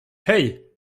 hey